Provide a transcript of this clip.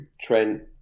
Trent